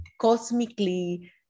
cosmically